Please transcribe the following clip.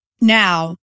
Now